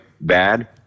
bad